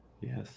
Yes